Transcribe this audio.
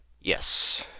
Yes